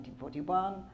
1941